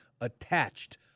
attached